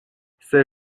ces